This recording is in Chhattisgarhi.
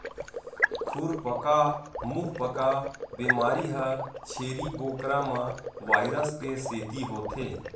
खुरपका मुंहपका बेमारी ह छेरी बोकरा म वायरस के सेती होथे